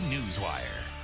Newswire